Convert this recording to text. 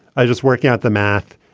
i just work out the math.